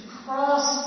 cross